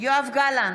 יואב גלנט,